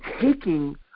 taking